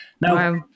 Now